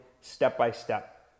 step-by-step